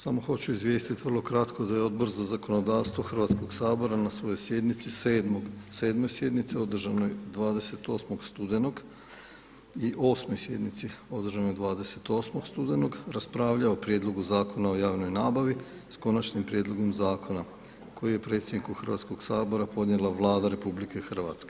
Samo hoću izvijestiti vrlo kratko da je Odbor za zakonodavstvo Hrvatskoga sabora na svojoj sjednici 7.-oj sjednici održanoj 28. studenog i 8.-oj sjednici održanoj 28. studenog raspravljao o Prijedlogu zakona o javnoj nabavi s konačnim prijedlogom zakona koji je predsjedniku Hrvatskoga sabora podnijela Vlada RH.